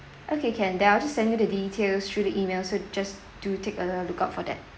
okay can then I'll just send you the details through the email so just do take a look out for that